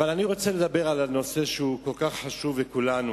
אבל אני רוצה לדבר על נושא שכל כך חשוב לכולנו.